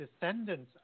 descendants